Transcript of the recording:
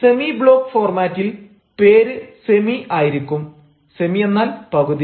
semi block ഫോർമാറ്റിൽ പേര് semi ആയിരിക്കും സെമി എന്നാൽ പകുതി